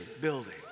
building